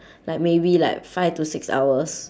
like maybe like five to six hours